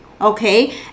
okay